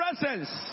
presence